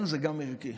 כן, זה גם ערכי.